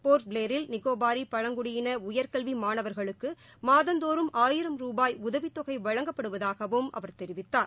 board பிளேயரில் நிகோபாரி பழங்குடியின உயர்கல்வி மாணவர்களுக்கு மாதந்தோறும் ஆயிரம் ரூபாய் உதவித்தொகை வழங்கப்படுவதாகவும் அவர் தெரிவித்தார்